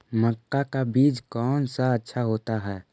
मक्का का बीज कौन सा अच्छा होता है?